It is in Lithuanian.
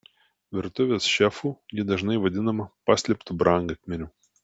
virtuvės šefų ji dažnai vadinama paslėptu brangakmeniu